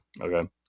Okay